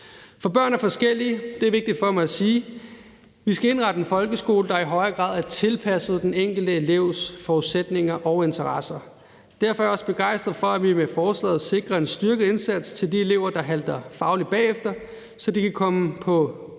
For børn er forskellige; det er vigtigt for mig at sige. Vi skal indrette en folkeskole, der i højere grad er tilpasset den enkelte elevs forudsætninger og interesser. Derfor er jeg også begejstret for, at vi med forslaget sikrer en styrket indsats til de elever, der halter fagligt bagefter, så de kan komme på